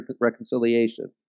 reconciliation